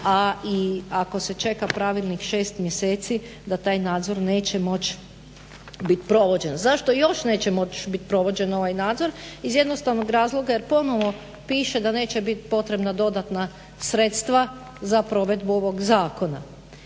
a i ako se čeka Pravilnik 6 mjeseci da taj nadzor neće moći biti provođen. Zašto još neće moći biti provođen ovaj nadzor? Iz jednostavnog razloga jer ponovno piše da neće biti potrebna dodatna sredstva za provedbu ovog zakona.